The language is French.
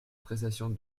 prestation